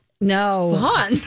no